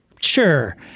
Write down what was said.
Sure